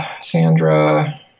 Sandra